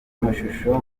mashusho